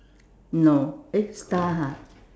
no eh star ha